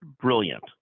brilliant